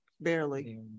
Barely